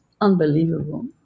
unbelievable